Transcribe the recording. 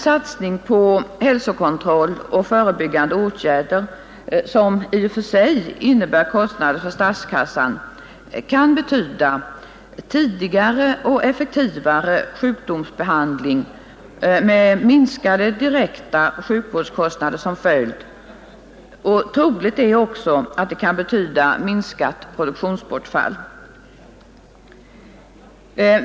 Satsning på hälsokontroll och förebyggande åtgärder, som i och för sig innebär kostnader för statskassan, kan betyda tidigare och effektivare sjukdomsbehandling med minskade direkta sjukvårdskostnader som följd. Troligt är också att detta kan betyda minskat produktionsbortfall.